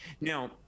Now